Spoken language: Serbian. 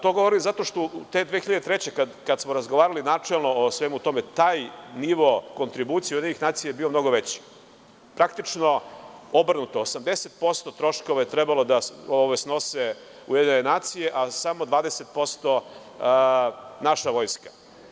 To govorim zato što te 2003. godine, kada smo razgovarali načelno o svemu tome, taj nivo kontribucije UN je bio mnogo veći, praktično, 80% troškova je trebalo da snose UN, a 20% naša vojska.